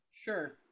Sure